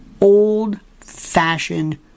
old-fashioned